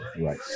Right